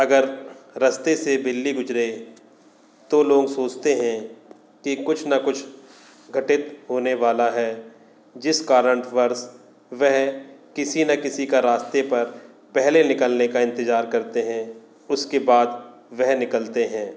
अगर रास्ते से बिल्ली गुज़रे तो लोग सोचते हैं कि कुछ ना कुछ घटित होने वाला है जिस कारणवर्ष वे किसी ना किसी का रास्ते पर पहले निकलने का इंतज़ार करते हैं उसके बाद वे निकलते हैं